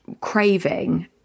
craving